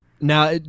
Now